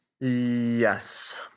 yes